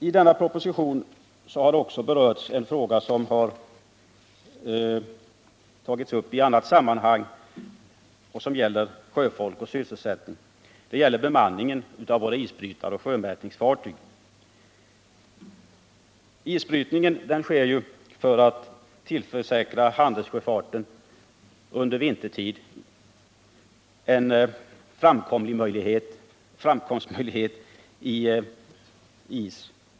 I denna proposition har det också berörts en annan fråga om sjöfolk och sysselsättning. Det gäller bemanningen av våra isbrytare och sjömätningsfartyg. Isbrytningen sker för att vintertid tillförsäkra handelssjöfarten framkomstmöjligheter.